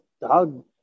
dog